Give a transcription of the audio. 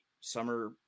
summer